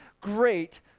great